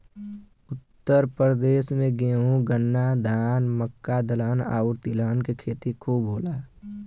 उत्तर प्रदेश में गेंहू, गन्ना, धान, मक्का, दलहन आउर तिलहन के खेती खूब होला